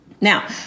Now